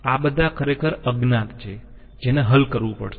આ બધા ખરેખર અજ્ઞાત છે જેને હલ કરવું પડશે